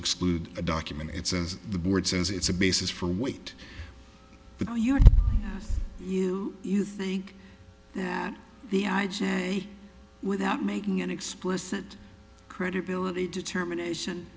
exclude a document it's as the board says it's a basis for weight the you you you think that the i'd say without making an explicit credibility determination